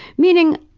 meaning.